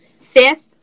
fifth